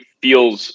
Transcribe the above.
feels